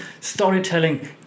Storytelling